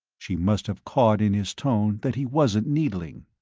she must have caught in his tone that he wasn't needling.